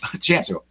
chance